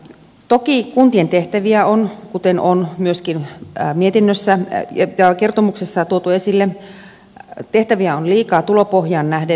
toki kuntien tehtäviä kuten on myöskin kertomuksessa tuotu esille on liikaa tulopohjaan nähden